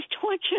torture